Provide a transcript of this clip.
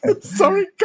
Sorry